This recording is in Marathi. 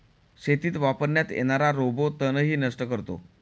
शेतीत वापरण्यात येणारा रोबो तणही नष्ट करतो